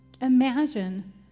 Imagine